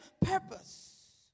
purpose